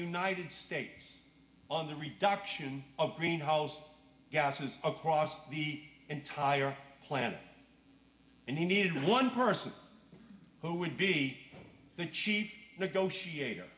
united states on the reproduction of greenhouse gases across the entire planet and you need one person who would be the chief negotiator